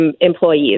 employees